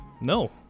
no